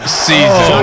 season